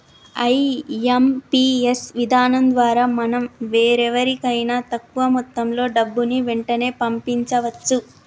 IMPS విధానం ద్వారా మనం వేరెవరికైనా తక్కువ మొత్తంలో డబ్బుని వెంటనే పంపించవచ్చు